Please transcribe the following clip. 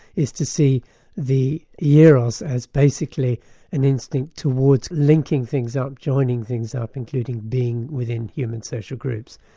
is to see the yeah eros as basically an instinct towards linking things up, joining things up including being within human social groups.